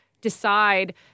decide